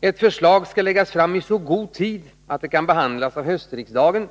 Ett förslag skall läggas fram i så god tid att det kan behandlas av höstriksdagen.